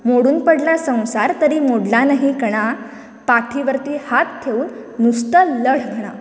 मोडून पडला संवसार तरी मोडला नाही कणा पाठी वरती हात ठेवून नुस्ता लढला